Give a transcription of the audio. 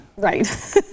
Right